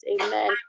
Amen